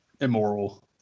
immoral